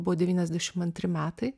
buvo devyniasdešim antri metai